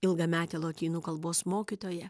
ilgametė lotynų kalbos mokytoja